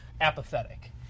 apathetic